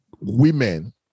women